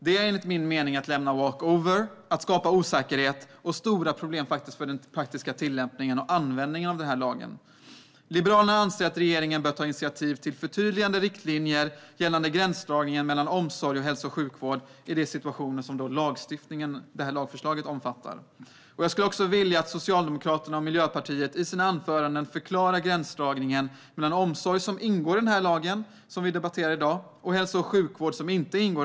Det är enligt min mening att lämna walkover och skapa osäkerhet och stora problem för den praktiska tillämpningen av lagen. Liberalerna anser att regeringen bör ta initiativ till förtydligande riktlinjer gällande gränsdragningen mellan omsorg och hälso och sjukvård i de situationer som lagförslaget omfattar. Jag skulle också vilja att Socialdemokraterna och Miljöpartiet i sina anföranden förklarar gränsdragningen mellan omsorg som ingår i den lag som vi debatterar i dag och hälso och sjukvård som inte ingår.